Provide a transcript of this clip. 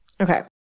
Okay